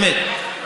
באמת.